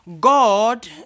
God